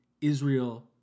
Israel